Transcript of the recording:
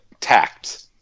tact